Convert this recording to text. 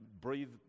breathe